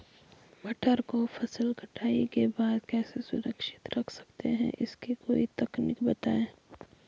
मटर को फसल कटाई के बाद कैसे सुरक्षित रख सकते हैं इसकी कोई तकनीक है?